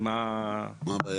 מה הבעיה?